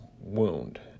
wound